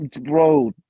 bro